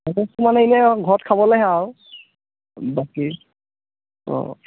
তৰমুজটো মানে এনেই ঘৰত খাবলৈহে আৰু বাকী অঁ